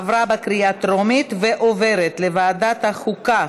עברה בקריאה טרומית ועוברת לוועדת החוקה,